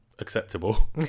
acceptable